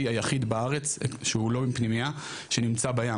היחיד בארץ שהוא לא עם פנימייה שנמצא בים.